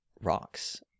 rocks